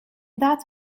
that